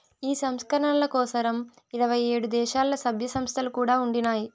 ఈ సంస్కరణల కోసరం ఇరవై ఏడు దేశాల్ల, సభ్య సంస్థలు కూడా ఉండినాయి